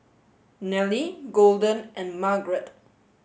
Nelly Golden and Margrett